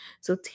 So